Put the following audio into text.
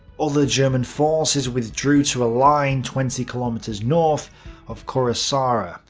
other german forces withdrew to a line twenty kilometers north of kuressaare.